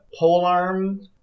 polearm